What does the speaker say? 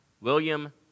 William